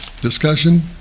Discussion